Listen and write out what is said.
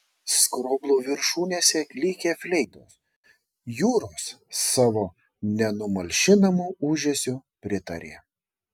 skroblų viršūnėse klykė fleitos jūros savo nenumalšinamu ūžesiu pritarė